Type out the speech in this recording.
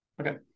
Okay